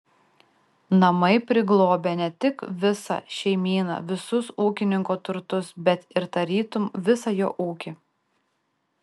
namai priglobia ne tik visą šeimyną visus ūkininko turtus bet ir tarytum visą jo ūkį